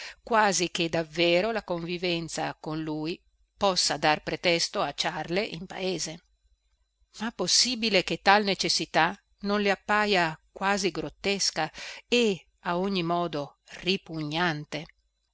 quasi che davvero la convivenza con lui possa dar pretesto a ciarle in paese ma possibile che tal necessità non le appaja quasi grottesca e a ogni modo ripugnante